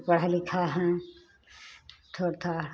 पढ़ा लिखा है थोड़ थाड़